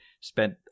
spent